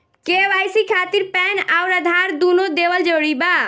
KYC खातिर PAN आउर आधार दुनों देवल जरूरी बा?